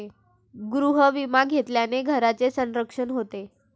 गृहविमा घेतल्याने घराचे संरक्षण होते